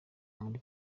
muri